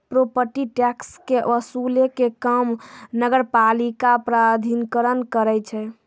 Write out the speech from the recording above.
property tax के वसूलै के काम नगरपालिका प्राधिकरण करै छै